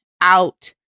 out